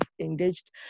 engaged